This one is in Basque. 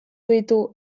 ditu